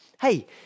Hey